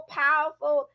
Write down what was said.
powerful